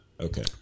Okay